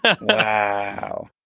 Wow